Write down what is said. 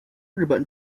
日本